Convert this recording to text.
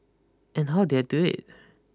and how did I do it